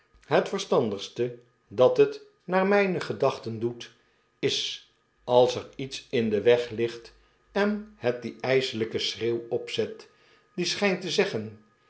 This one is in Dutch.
het verstandigste dat het naar myne gedachten doet is als er iets in den wegligt en het dien yselijken schreeuw opzet die schjjnt te zeggen